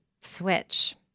switch